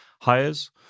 hires